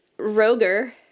roger